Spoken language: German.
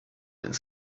ins